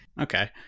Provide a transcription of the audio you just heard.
okay